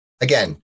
again